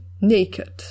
naked